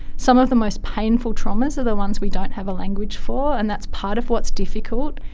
some of the most painful traumas are the ones we don't have a language for, and that's part of what's difficult,